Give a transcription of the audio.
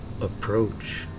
approach